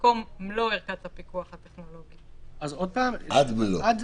" אז זו